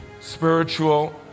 spiritual